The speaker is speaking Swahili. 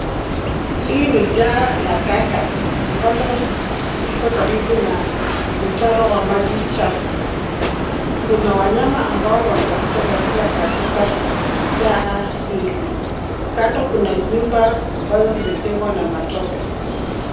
Hii ni jaa la taka ambalo liko karibu na mtaro wa maji chafu. Kuna wanyama ambao wanafatufa chakula katika jaa hili. Kando kuna nyumba ambazo zimejengwa na matope.